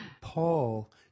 Paul